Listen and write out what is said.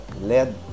led